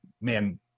man